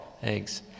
Thanks